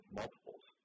multiples